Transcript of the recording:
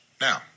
Now